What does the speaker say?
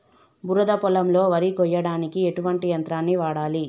బురద పొలంలో వరి కొయ్యడానికి ఎటువంటి యంత్రాన్ని వాడాలి?